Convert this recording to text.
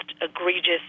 egregious